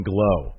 Glow